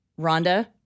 Rhonda